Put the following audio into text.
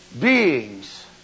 beings